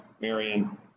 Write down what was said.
Marion